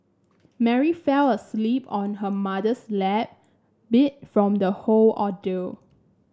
Mary fell asleep on her mother's lap beat from the whole ordeal